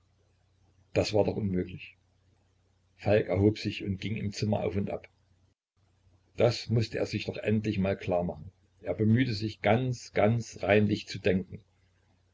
das war doch unmöglich falk erhob sich und ging im zimmer auf und ab das mußte er sich doch endlich mal klar machen er bemühte sich ganz ganz reinlich zu denken